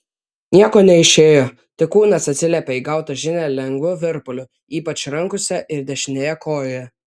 nieko neišėjo tik kūnas atsiliepė į gautą žinią lengvu virpuliu ypač rankose ir dešinėje kojoje